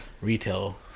Retail